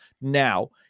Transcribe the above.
now